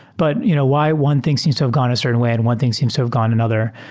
but you know why one thing seems to have gone a certain way and one thing seems to have gone another?